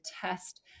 test